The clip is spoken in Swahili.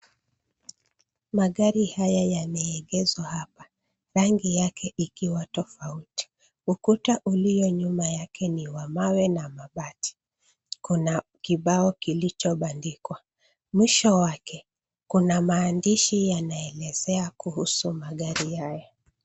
Magari haya yameegezwa hapa , rangi yake ikiwa tofauti, ukuta ulio nyuma yake ni wa mawe na mabati. Kuna kibao kilicho bandikwa .Mwisho wake kuna maandishi yanaelezea kuhusu magari haya.